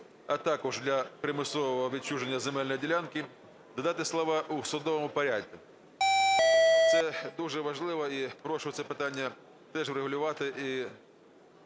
"а також для примусового відчуження земельної ділянки" додати слова "у судовому порядку". Це дуже важливо, і прошу це питання теж врегулювати